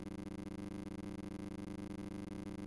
ולהשמידם.